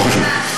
לא חשוב,